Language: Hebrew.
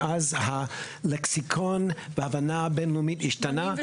מאז הלקסיקון וההבנה הבין-לאומיים השתנו.